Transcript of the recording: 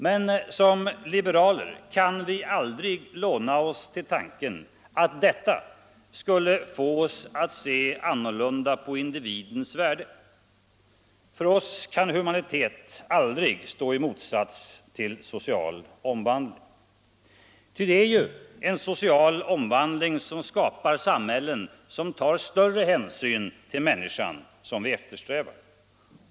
Men som liberaler kan vi aldrig låna oss till tanken att detta skulle få oss att se annorlunda på individens värde. För oss kan humanitet aldrig stå i motsats till social omvandling. Vad vi eftersträvar är ju en social omvandling som skapar samhällen vilka tar större hänsyn till människan.